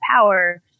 power